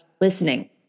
listening